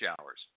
showers